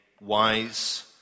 wise